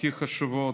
הכי חשובות,